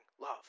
love